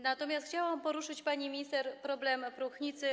Natomiast chciałam poruszyć, pani minister, problem próchnicy.